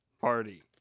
party